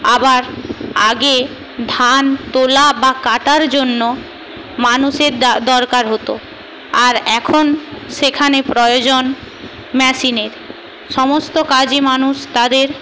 আবার আগে ধান তোলা বা কাটার জন্য মানুষের দরকার হতো আর এখন সেখানে প্রয়োজন মেশিনের সমস্ত কাজই মানুষ তাদের